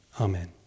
Amen